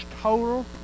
total